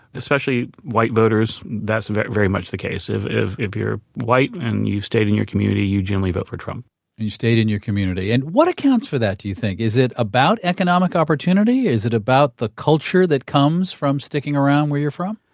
especially white voters. that's very very much the case. if if you're white and you stayed in your community, you generally vote for trump and you stayed in your community and what accounts for that, do you think? is it about economic opportunity? is it about the culture that comes from sticking around where you're from?